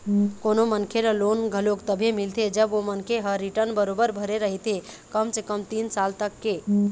कोनो मनखे ल लोन घलोक तभे मिलथे जब ओ मनखे ह रिर्टन बरोबर भरे रहिथे कम से कम तीन साल तक के